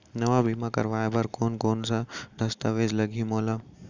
नवा बीमा करवाय बर कोन कोन स दस्तावेज लागही मोला?